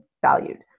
valued